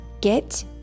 get